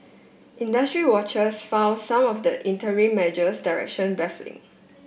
industry watchers found some of the interim measure direction baffling